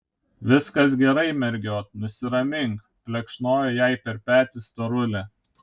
viskas gerai mergiot nusiramink plekšnojo jai per petį storulė